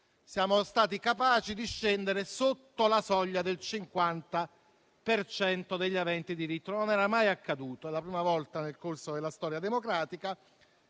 Siamo stati capaci di scendere sotto la soglia del 50 per cento degli aventi diritto. Non era mai accaduto, è la prima volta nel corso della storia democratica.